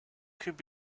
could